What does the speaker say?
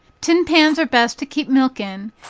tin pans are best to keep milk in,